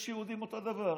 יש יהודים אותו דבר,